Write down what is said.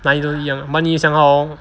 哪里都一样 but 你想好